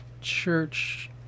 church